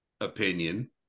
opinion